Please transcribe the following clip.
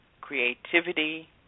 creativity